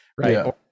Right